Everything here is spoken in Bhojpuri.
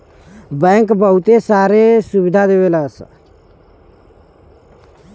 बैंक बहुते सारी सुविधा देवला